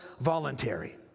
voluntary